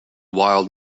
wild